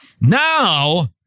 Now